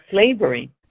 slavery